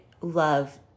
love